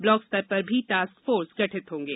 block स्तर पर भी टास्कफोर्स गठित होंगे